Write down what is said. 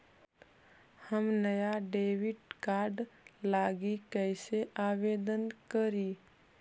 हम नया debit card लागी कईसे आवेदन करी?